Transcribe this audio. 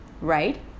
right